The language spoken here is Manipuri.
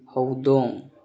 ꯍꯧꯗꯣꯡ